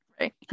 Right